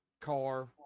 car